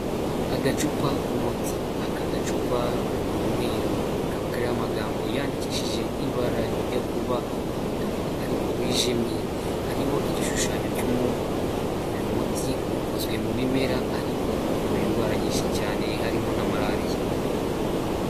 Agacupa k'umuti aka gacupa ni umweru kakaba kariho magambo yandikishije ibara rijya kuba umutuku ariko wijimye hariho igishushanyo cy'umubu uyu muti ukozwe mu bimera ariko uvura indwara nyinshi cyane harimo na malariya.